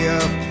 up